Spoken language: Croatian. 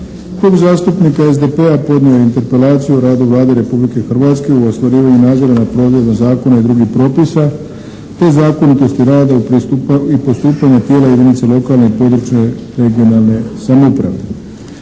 Klub zastupnika SDP-a podnio je Interpelaciju o radu Vlade Republike Hrvatske u ostvarivanju nadzora nad provedbom zakona i drugih propisa te zakonitosti rada i postupanja tijela jedinica lokalne i područne (regionalne) samouprave.